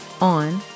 on